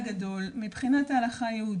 מבחינת הלכה יהודית,